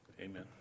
Amen